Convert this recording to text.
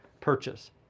purchase